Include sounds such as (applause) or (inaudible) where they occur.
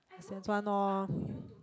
one lor (breath)